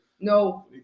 no